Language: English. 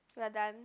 we are done